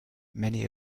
many